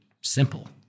simple